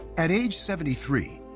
at age seventy three,